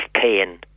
pain